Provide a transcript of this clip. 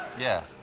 yeah.